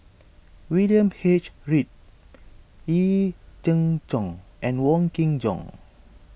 William H Read Yee Jenn Jong and Wong Kin Jong